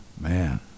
Man